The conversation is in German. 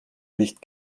licht